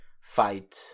fight